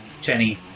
Jenny